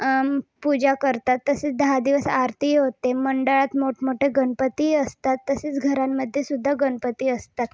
पूजा करतात तसेच दहा दिवस आरती होते मंडळात मोठमोठे गणपतीही असतात तसेच घरांमध्येसुद्धा गणपती असतात